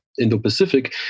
Indo-Pacific